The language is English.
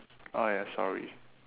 oh ya sorry